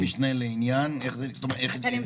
איך תיקרא הוועדה?